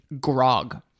grog